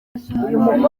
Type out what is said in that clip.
umubyimba